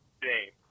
James